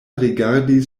rigardis